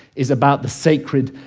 is about the sacred,